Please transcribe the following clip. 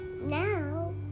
now